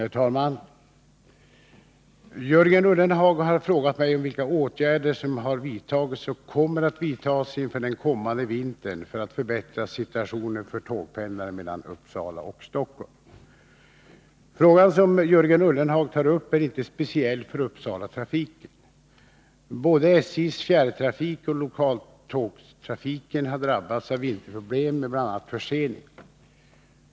Herr talman! Jörgen Ullenhag har frågat mig om vilka åtgärder som har vidtagits och kommer att vidtas inför den kommande vintern för att förbättra situationen för tågpendlare mellan Uppsala och Stockholm. trafiken mellan Frågan som Jörgen Ullenhag tar upp är inte speciell för Uppsalatrafiken. Uppsala och Både SJ:s fjärrtrafik och lokaltågstrafiken har drabbats av vinterproblem Stockholm med bl.a. förseningar.